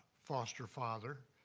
foster father.